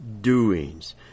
doings